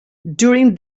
during